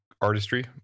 artistry